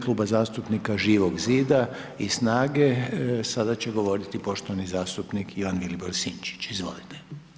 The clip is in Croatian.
kluba zastupnika Živog Zida i SNAGA-e sada će govoriti poštovani zastupnik Ivan Vilibor Sinčić, izvolite.